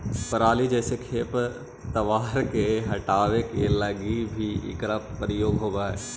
पराली जईसे खेप तवार के हटावे के लगी भी इकरा उपयोग होवऽ हई